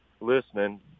listening